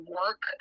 work